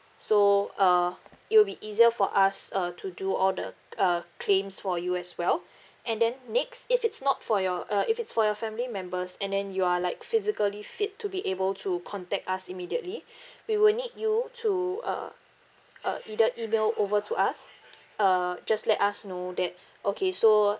so uh it will be easier for us uh to do all the uh claims for you as well and then next if it's not for your uh if it's for your family members and then you are like physically fit to be able to contact us immediately we will need you to uh uh either email over to us uh just let us know that okay so